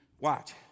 Watch